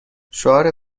شعار